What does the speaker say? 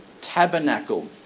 tabernacle